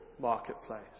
marketplace